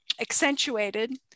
accentuated